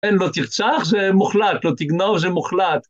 אין לא תרצח. זה מוחלט. לא תגנוב, זה מוחלט.